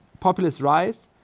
populists rise,